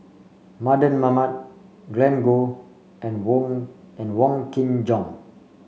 Mardan Mamat Glen Goei and Wong and Wong Kin Jong